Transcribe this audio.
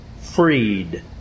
freed